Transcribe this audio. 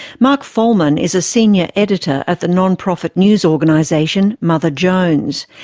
mark follman is a senior editor at the non-profit news organisation mother jones.